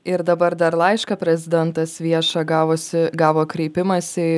ir dabar dar laišką prezidentas viešą gavusi gavo kreipimąsi